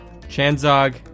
Chanzog